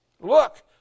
Look